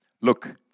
look